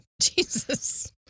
Jesus